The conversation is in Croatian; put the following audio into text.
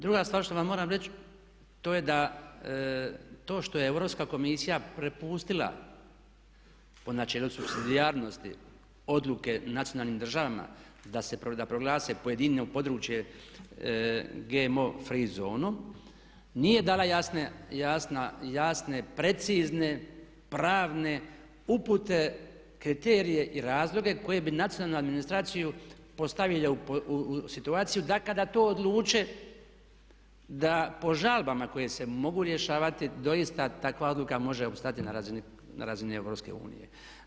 Druga stvar što vam moram reći to je da to što je Europska komisija prepustila po načelu supsidijarnosti odluke nacionalnim državama da proglase pojedino područje GMO free zonom nije dala jasne, precizne, pravne upute, kriterije i razloge koje bi nacionalnu administraciju postavilo u situaciju da kada to odluke da po žalbama koje se mogu rješavati doista takva odluka može opstati na razini Europske unije.